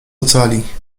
ocali